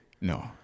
no